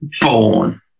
born